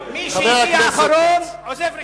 מי שהגיע אחרון, עוזב ראשון.